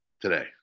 today